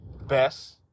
best